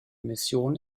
mission